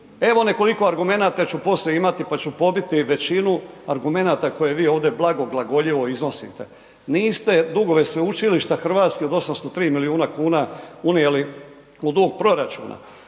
Evo nekoliko argumenata ću poslije imati, pa ću pobiti većinu argumenata koje vi ovdje blago, blagoljivo iznosite, niste dugove Sveučilišta Hrvatske od 803 milijuna kuna unijeli u dug proračuna,